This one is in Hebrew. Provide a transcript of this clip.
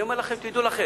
אני אומר לכם: תדעו לכם,